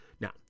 now